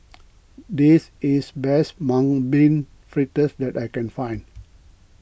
this is the best Mung Bean Fritters that I can find